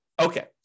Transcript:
Okay